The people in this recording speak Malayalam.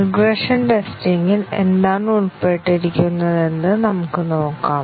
റിഗ്രഷൻ ടെസ്റ്റിംഗിൽ എന്താണ് ഉൾപ്പെട്ടിരിക്കുന്നതെന്ന് നമുക്ക് നോക്കാം